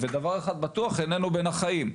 דבר אחד בטוח, הוא איננו בין החיים.